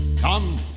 Come